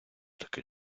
таке